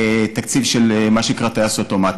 תקציב של מה שנקרא טייס אוטומטי.